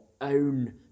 own